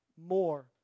more